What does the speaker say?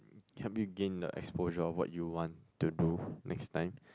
help me gain the exposure of what you want to do next time